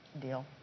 deal